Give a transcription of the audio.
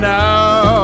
now